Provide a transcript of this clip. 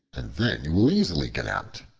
and then you will easily get out.